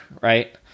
right